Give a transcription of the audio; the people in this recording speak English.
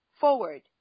forward